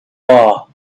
bar